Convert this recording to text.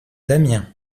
damien